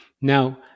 Now